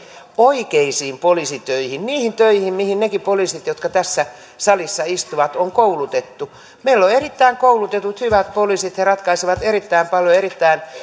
oikeisiin poliisitöihin niihin töihin mihin nekin poliisit jotka tässä salissa istuvat on koulutettu meillä on on erittäin koulutetut hyvät poliisit he ratkaisevat erittäin paljon erittäin